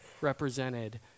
represented